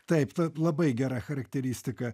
taip taip labai gera charakteristika